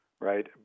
right